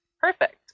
Perfect